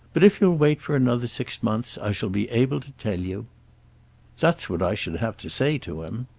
but if you'll wait for another six months, i shall be able to tell you that's what i should have to say to him.